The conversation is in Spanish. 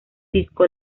disco